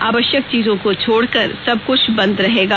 आवश्यक चीजों को छोड़ कर सबक्छ बंद रहेगा